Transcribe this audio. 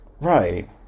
Right